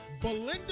Belinda